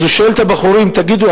והוא שואל את הבחורים: תגידו,